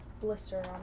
blister